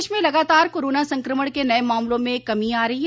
प्रदेश में लगातार कोरोना संक्रमण के नये मामलों में कमी आ रही है